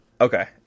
Okay